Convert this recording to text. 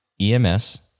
EMS